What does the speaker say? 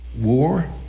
War